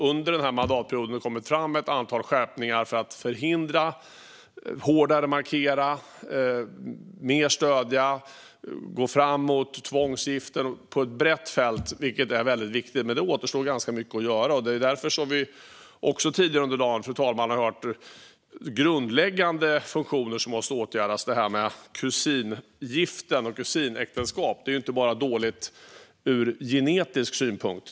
Under den här mandatperioden har vi föreslagit ett antal skärpningar när det gäller tvångsgifte för att förhindra och markera mot tvångsgifte och stödja dem som utsätts för det. Vi går fram på ett brett fält, vilket är väldigt viktigt, men det återstår ganska mycket att göra. Vi har tidigare under dagen, fru talman, också hört om grundläggande funktioner som måste åtgärdas när det gäller kusinäktenskap. Det är inte bara dåligt från genetisk synpunkt.